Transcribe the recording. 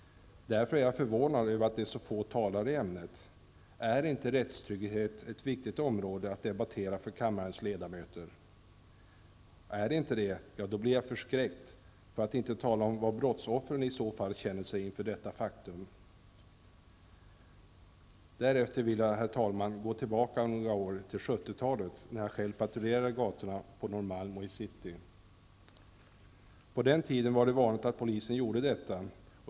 Därför är jag förvånad över att det är så få talare i ämnet. Är inte rättstrygghet ett viktigt område att debattera för kammarens ledamöter? Är det inte det, ja, då blir jag förskräckt, för att inte tala om hur brottsoffren känner sig inför detta faktum. Herr talman! Jag vill därefter gå tillbaka några år, till 70-talet då jag själv patrullerade gatorna på Norrmalm och i City. På den tiden var det vanligt att polisen gjorde detta.